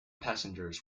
passengers